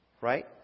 Right